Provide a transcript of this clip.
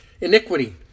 Iniquity